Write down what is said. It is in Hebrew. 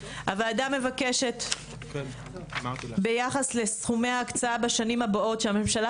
הוועדה מבקשת ביחס לסכומי הקצאה בשנים הבאות שהממשלה